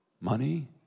money